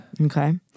okay